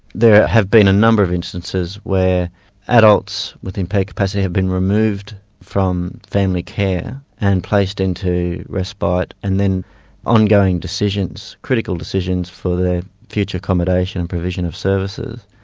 there have been a number of instances where adults with impaired capacity, have been removed from family care, and placed into respite and then ongoing decisions, critical decisions for their future accommodation, provision of services,